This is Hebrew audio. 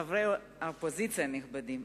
חברי האופוזיציה הנכבדים,